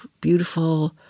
beautiful